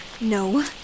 No